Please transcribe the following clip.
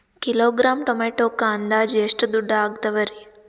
Kilogram ಟೊಮೆಟೊಕ್ಕ ಅಂದಾಜ್ ಎಷ್ಟ ದುಡ್ಡ ಅಗತವರಿ?